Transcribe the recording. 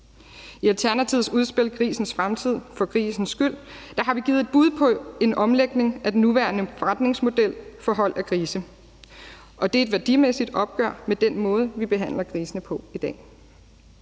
I Alternativets udspil »Grisens fremtid for grisens skyld« har vi givet et bud på en omlægning af den nuværende forretningsmodel for hold af grise, og det er et værdimæssigt opgør med den måde, vi behandler grisene på i dag.